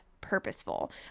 purposeful